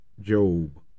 Job